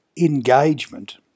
engagement